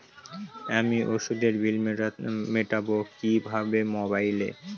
আমি ওষুধের বিল মেটাব কিভাবে মোবাইলে?